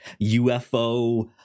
UFO